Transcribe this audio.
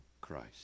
Christ